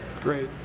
Great